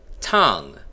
tongue